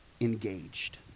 engaged